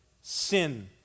sin